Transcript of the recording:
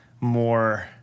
more